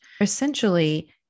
essentially